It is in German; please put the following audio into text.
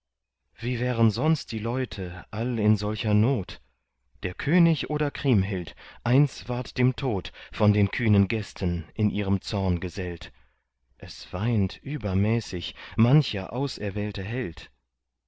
wie wären sonst die leute all in solcher not der könig oder kriemhild eins ward dem tod von den kühnen gästen in ihrem zorn gesellt es weint übermäßig mancher auserwählte held